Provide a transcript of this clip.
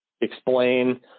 explain